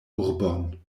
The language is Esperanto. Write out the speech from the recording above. urbon